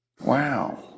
Wow